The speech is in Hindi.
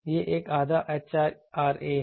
यह एक आधा HIRA है